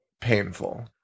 painful